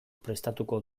prestatuko